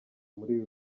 muri